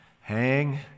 Hang